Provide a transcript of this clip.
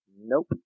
Nope